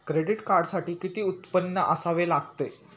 Credit कार्डसाठी किती उत्पन्न असावे लागते?